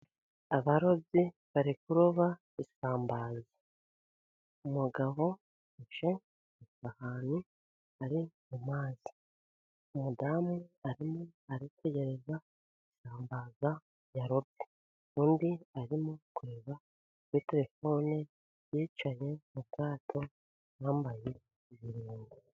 Abarobyi bari kuroba isambaza, umugabo ufashe isahani ari mu mazi, umudamu arimo aritegereza isambaza yarobye undi arimo kureba kuri telefone ye yicaye mu bwato bambaye.